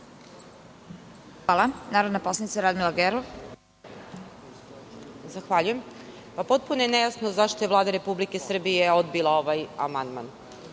Radmila Gerov. **Radmila Gerov** Zahvaljujem. Potpuno je nejasno zašto je Vlada Republike Srbije odbila ovaj amandman.